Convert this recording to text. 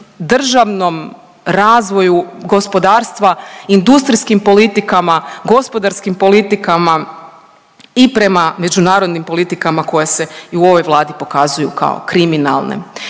državnom razvoju gospodarstva, industrijskim politikama, gospodarskim politikama i prema međunarodnim politikama koje se i u ovoj Vladi pokazuju kao kriminalne.